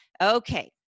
Okay